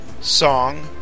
Song